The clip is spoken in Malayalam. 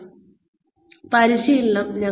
വിവിധ തരത്തിലുള്ള പരിശീലനം